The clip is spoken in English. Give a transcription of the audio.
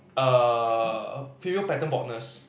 err female pattern baldness